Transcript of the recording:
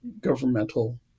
governmental